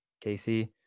Casey